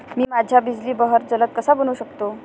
मी माझ्या बिजली बहर जलद कसा बनवू शकतो?